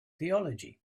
theology